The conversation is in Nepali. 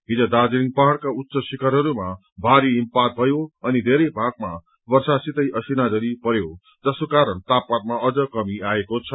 हिज दार्जीलिङ पहाइका उच्च शिखरहरूमा भारी हिमपात भयो अनि धेरै भागमा वर्षासितै असिनाझारी पर्यो जसको कारण तापमानमा अझ कमी आएको छ